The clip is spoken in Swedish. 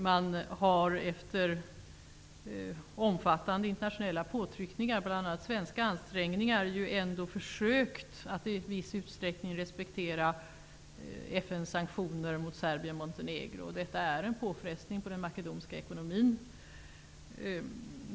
Man har efter omfattande internationella påtryckningar, bl.a. efter svenska ansträngningar, försökt att i viss utsträckning respektera FN:s sanktioner mot Serbien och Montenegro, och detta är en påfrestning för den makedoniska ekonomin.